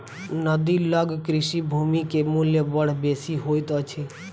नदी लग कृषि भूमि के मूल्य बड़ बेसी होइत अछि